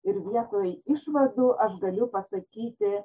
ir vietoj išvadų aš galiu pasakyti